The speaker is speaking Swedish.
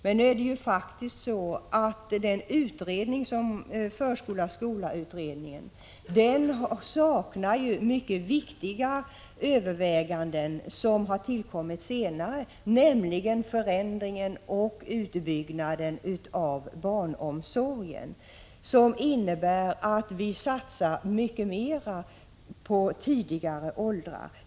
Men det är faktiskt så, att utredningen Förskola—skola saknar mycket viktiga överväganden, som har tillkommit senare, nämligen förändringen och utbyggnaden av barnomsorgen, som innebär att vi satsar mycket mer än förut på lägre åldrar.